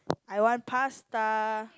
I want pasta